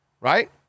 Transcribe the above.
Right